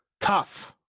Tough